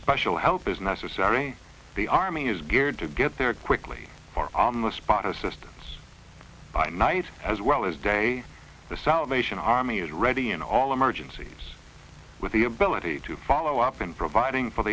special help is necessary the army is geared to get there quickly far on the spot assistance by night as well as day the south nation army is ready in all emergencies with the ability to follow up and providing for